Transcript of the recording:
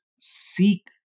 seek